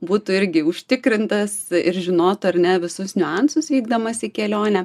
būtų irgi užtikrintas ir žinotų ar ne visus niuansus vykdamas į kelionę